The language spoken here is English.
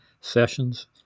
sessions